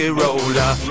roller